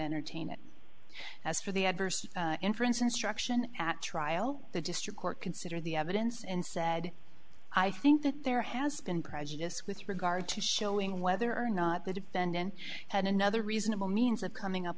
entertain it as for the adverse inference instruction at trial the district court considered the evidence and said i think that there has been prejudice with regard to showing whether or not the defendant had another reasonable means of coming up